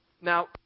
Now